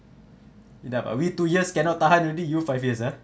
enough ah we two years cannot tahan already you five years ah